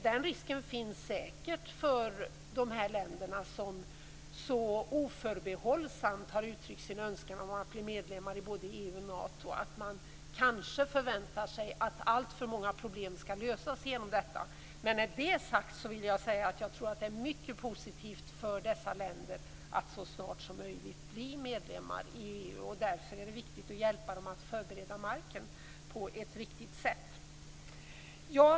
Den risken finns säkert för de här länderna, som så oförbehållsamt har uttryckt sin önskan att bli medlemmar både i EU och i Nato, att man kanske förväntar sig att alltför många problem skall lösas genom detta. När det är sagt vill jag påpeka att jag tror att det är mycket positivt för dessa länder att så snart som möjligt bli medlemmar i EU. Därför är det viktigt att hjälpa dem att bereda marken på ett riktigt sätt.